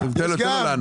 תנו לו לענות.